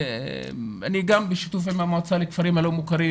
אני גם בשיתוף עם המועצה לכפרים הלא מוכרים